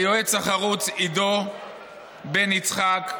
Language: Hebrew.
ליועץ החרוץ עידו בן יצחק,